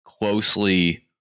closely